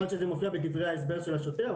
יכול להיות שזה מופיע בדברי ההסבר של השוטר,